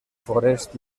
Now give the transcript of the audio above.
forest